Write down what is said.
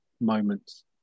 moments